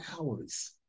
hours